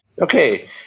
Okay